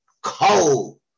cold